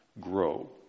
grow